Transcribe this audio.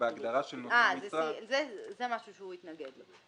ובהגדרה של נושאי משרה --- זה משהו שהוא התנגד לו.